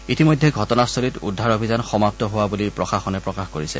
ইতিমধ্যে ঘটনাস্থলীত উদ্ধাৰ অভিযান সমাপ্ত হোৱা বুলি প্ৰশাসনে প্ৰকাশ কৰিছে